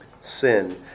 sin